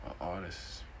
Artists